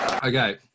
Okay